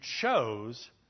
chose